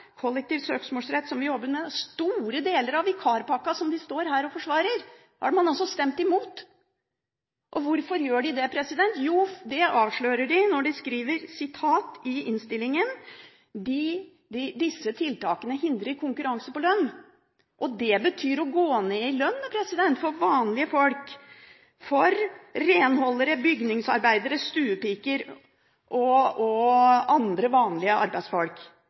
kollektiv søksmålsrett, som vi jobber med, og store deler av vikarpakken, som de står her og forsvarer – har man altså stemt imot. Og hvorfor gjør de det? Jo, det avslører de når de skriver i innstillinger at disse tiltakene hindrer konkurranse på lønn. Og det betyr å gå ned i lønn, det, for vanlige folk – for renholdere, bygningsarbeidere, stuepiker og andre vanlige arbeidsfolk.